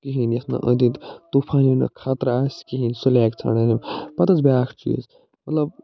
کِہیٖنۍ یَتھ نہٕ أنٛدۍ أنٛدۍ طوفان یِنُک خطرٕ آسہِ کِہیٖنۍ سُہ ژانٛڈان یِم پتہٕ حط بیٛاکھ چیٖز مطلب